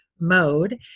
mode